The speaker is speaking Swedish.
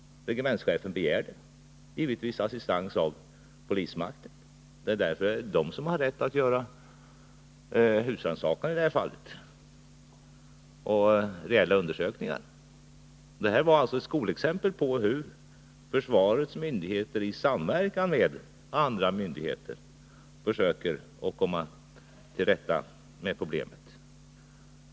Regementschefen där begärde givetvis assistans av polismakten. Det är ju polisen som har rätt att göra husrannsakan och reella undersökningar i sådana situationer. Detta var alltså ett skolexempel på hur försvarets myndigheter i samverkan med andra myndigheter försöker att komma till rätta med problemet.